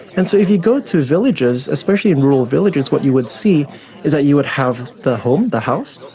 and so if you go to villages, especially and rural villages, what you would see is ah you would have the home, the house,